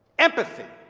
empathy